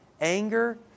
Anger